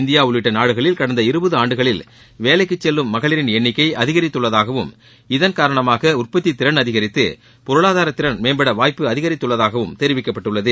India உள்ளிட்ட நாடுகளில் கடந்த இருபது ஆண்டுகளில் வேலைக்கு செல்லும் மகளிரின் எண்ணிக்கை அதிகரித்துள்ளதாகவும் இதன் காரணமாக உற்பத்தி திறன் அதிகரித்து பொருளாதார திறன் மேம்பட வாய்ப்பு அதிகரித்துள்ளதாகவும் தெரிவிக்கப்பட்டுள்ளது